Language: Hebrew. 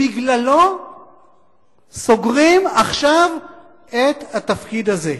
בגללו סוגרים עכשיו את התפקיד הזה.